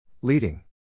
Leading